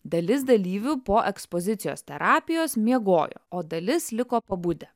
dalis dalyvių po ekspozicijos terapijos miegojo o dalis liko pabudę